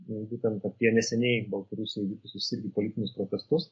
būtent apie neseniai baltarusijoj vykusius irgi politinius protestus